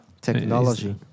technology